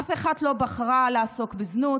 אף אחת לא בחרה לעסוק בזנות,